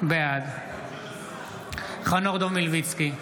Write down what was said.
בעד חנוך דב מלביצקי,